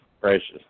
Precious